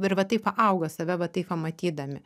ir va taip va auga save va taip pamatydami